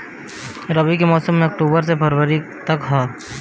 रबी के मौसम अक्टूबर से फ़रवरी तक ह